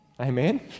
Amen